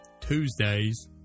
Tuesdays